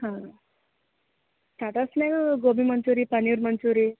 ಹಾಂ ಸ್ಟಾರ್ಟರ್ಸ್ನ್ಯಾಗ ಗೋಬಿ ಮಂಚೂರಿ ಪನೀರ್ ಮಂಚೂರಿ